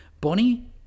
Bonnie